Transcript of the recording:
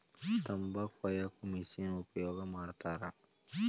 ತಂಬಾಕ ಕೊಯ್ಯಾಕು ಮಿಶೆನ್ ಉಪಯೋಗ ಮಾಡತಾರ